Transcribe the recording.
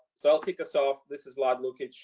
so i'll kick this off. this is vlad lukic,